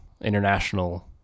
international